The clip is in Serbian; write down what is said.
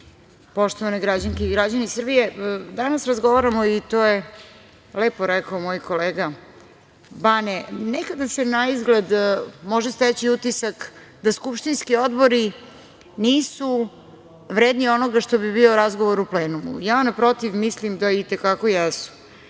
poštovane građanke i građani Srbije, danas razgovaramo, i to je lepo rekao moj kolega Bane, nekada se naizgled može steći utisak da skupštinski odbori nisu vredni onoga što bi bio razgovor u plenumu. Ja, naprotiv, mislim da itekako